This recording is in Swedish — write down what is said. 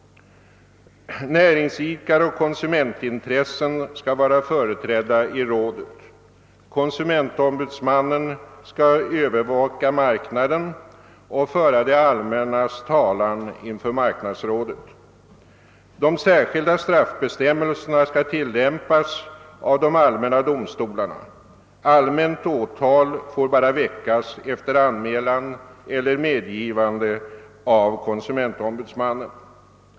Näringsidkaroch konsumentintressen skall vara företrädda i rådet. Konsumentombudsmannen <sskall övervaka marknaden och föra det allmännas ta lan inför marknadsrådet. De särskilda straffbestämmelserna skall tillämpas av de allmänna domstolarna; allmänt åtal får emellertid bara väckas efter anmälan eller medgivande av konsumentombudsmannen.